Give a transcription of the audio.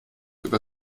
über